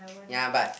ya but